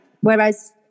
whereas